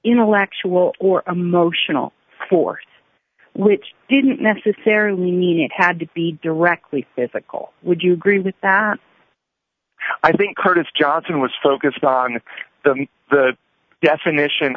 intellectual or emotional for which didn't necessarily need it had to be directly physical would you agree with that i think curtis johnson was focused on the definition